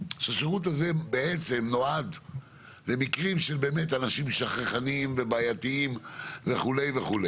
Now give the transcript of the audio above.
שהוא נועד למקרים של אנשים שכחנים ובעייתיים וכו'.